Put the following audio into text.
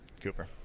Cooper